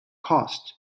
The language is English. cost